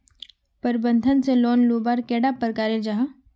प्रबंधन से लोन लुबार कैडा प्रकारेर जाहा?